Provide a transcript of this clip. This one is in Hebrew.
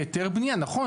בהיתר בנייה, נכון.